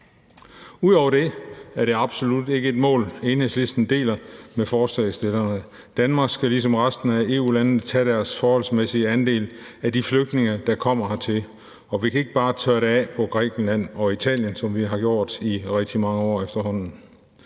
Ud over det er det absolut ikke et mål, Enhedslisten deler med forslagsstillerne. Danmark skal ligesom resten af EU-landene tage deres forholdsmæssige andel af de flygtninge, der kommer hertil, og vi kan ikke bare tørre det af på Grækenland og Italien, som vi efterhånden har gjort i rigtig mange år. Når man